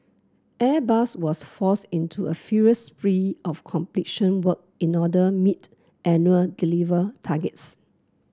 Airbus was forced into a furious spree of completion work in order meet annual deliver targets